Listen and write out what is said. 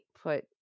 put